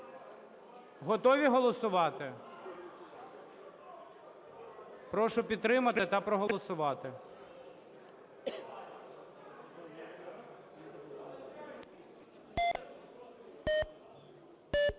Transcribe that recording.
Готові голосувати? Прошу підтримати та проголосувати.